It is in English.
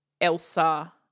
Elsa